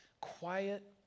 quiet